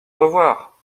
revoir